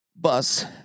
bus